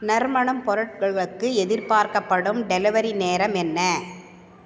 நறுமணப் பொருட்களுக்கு எதிர்பார்க்கப்படும் டெலிவரி நேரம் என்ன